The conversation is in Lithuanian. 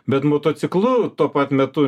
bet motociklu tuo pat metu